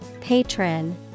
Patron